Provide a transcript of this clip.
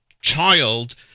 child